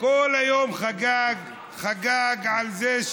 כל היום הוא חגג על זה,